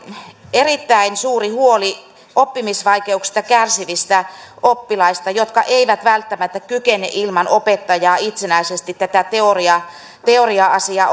erittäin suuri huoli oppimisvaikeuksista kärsivistä oppilaista jotka eivät välttämättä kykene ilman opettajaa itsenäisesti tätä teoria teoria asiaa